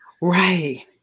Right